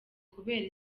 kubera